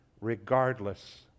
regardless